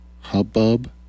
hubbub